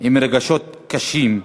עם רגשות קשים,